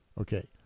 Okay